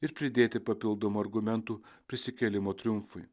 ir pridėti papildomų argumentų prisikėlimo triumfui